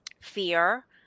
fear